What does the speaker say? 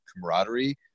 camaraderie